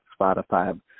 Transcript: Spotify